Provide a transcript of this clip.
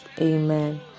Amen